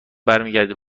برمیگردی